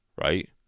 right